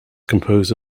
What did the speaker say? composed